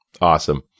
Awesome